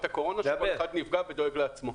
הקורונה שכל אחד נפגע ודואג לעצמו,